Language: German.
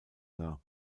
dar